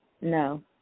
no